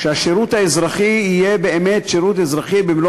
שהשירות האזרחי יהיה באמת שירות אזרחי במלוא